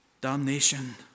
damnation